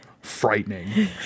frightening